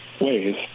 ways